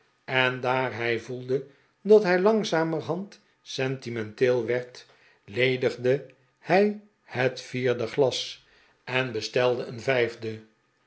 en daar hij voelde dat hij langzamerhand sentimenteel werd ledigde hij het vierde glas en bestelde een vijfde